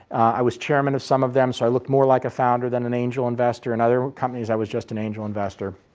i was chairman of some of them, so i looked more like a founder than an angel investor, in other companies i was just an angel investor.